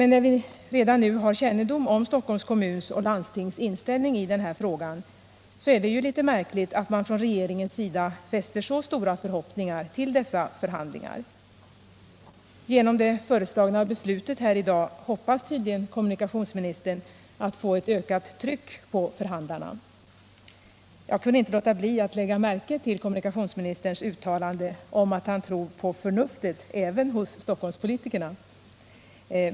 När vi redan nu har kännedom om Stockholms kommuns och landstings inställning i den här frågan, är det litet märkligt att regeringen fäster så stora förhoppningar vid dessa förhandlingar. Genom det föreslagna beslutet här i dag hoppas tydligen kommunikationsministern få ett ökat tryck på förhandlarna! Jag kunde inte låta bli att lägga märke till kommunikationsministerns uttalande att han tror på förnuftet även hos stockholmspolitikerna.